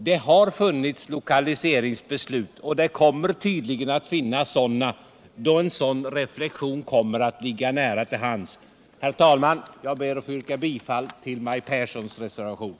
Det har funnits lokaliseringsbeslut — och de kommer tydligen att finnas också i fortsättningen — då en sådan reflexion ligger nära till hands. Herr talman! Jag ber att få yrka bifall till Maj Pehrssons reservation.